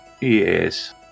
Yes